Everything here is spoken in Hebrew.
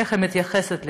איך היא מתייחסת לילדים,